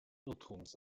irrtums